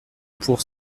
pour